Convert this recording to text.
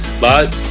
Bye